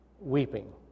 weeping